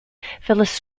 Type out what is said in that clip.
phyllis